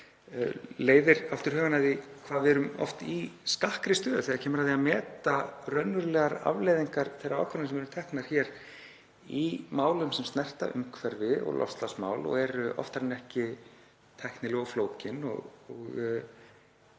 leiðir hugann að því hvað við erum oft í skakkri stöðu þegar kemur að því að meta raunverulegar afleiðingar þeirra ákvarðana sem eru teknar hér í málum sem snerta umhverfis- og loftslagsmál og eru oftar en ekki tæknileg og flókin og